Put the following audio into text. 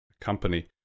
company